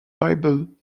bible